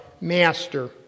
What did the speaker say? master